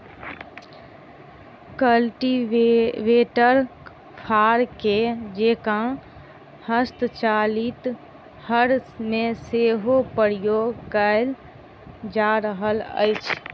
cultivator फार के जेंका हस्तचालित हर मे सेहो प्रयोग कयल जा रहल अछि